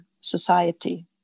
society